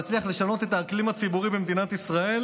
להצליח לשנות את האקלים הציבורי במדינת ישראל,